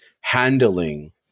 handling